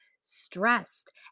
stressed